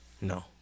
No